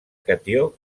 catió